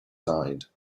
side